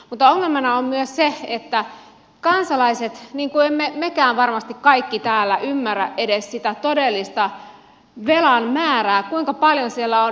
mutta ongelmana on myös se että kansalaiset eivät niin kuin emme mekään varmasti kaikki täällä ymmärrä edes sitä todellista velan määrää kuinka paljon siellä on nollia